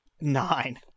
Nine